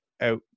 out